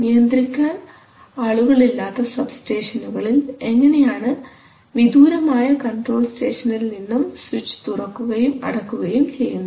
നിയന്ത്രിക്കാൻ ആളുകൾ ഇല്ലാത്ത സബ്സ്റ്റേഷനുകളിൽ എങ്ങനെയാണ് വിദൂരമായ കൺട്രോൾ സ്റ്റേഷനിൽ നിന്നും സ്വിച്ച് തുറക്കുകയും അടക്കുകയും ചെയ്യുന്നത്